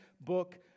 book